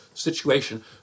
situation